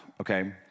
okay